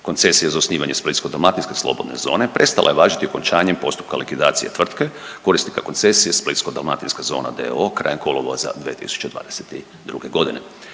Koncesije za osnivanje splitsko-dalmatinske slobodne zone prestala je važiti okončanjem prestala je važiti okončanjem postupka likvidacije tvrtke, korisnika koncesija Splitsko-dalmatinska zona d.o.o. krajem kolovoza 2022. g.